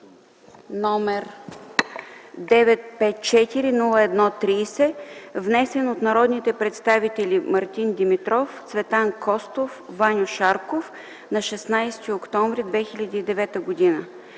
№ 954-01-30, внесен от народните представители Мартин Димитров, Цветан Костов и Ваньо Шарков на 16 октомври 2009 г.